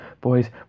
Boys